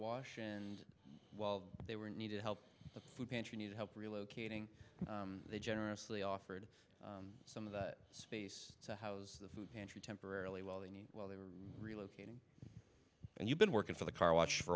wash and while they were needed help the food pantry needed help relocating they generously offered some of the space so how's the food pantry temporarily while they need while they were relocating and you've been working for the car wash for